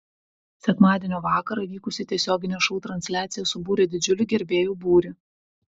sekmadienio vakarą vykusi tiesioginė šou transliacija subūrė didžiulį gerbėjų būrį